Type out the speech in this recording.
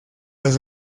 los